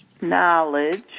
knowledge